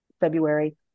february